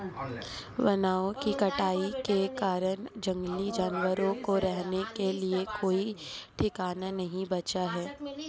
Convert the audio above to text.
वनों की कटाई के कारण जंगली जानवरों को रहने के लिए कोई ठिकाना नहीं बचा है